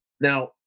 Now